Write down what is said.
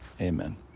Amen